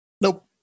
Nope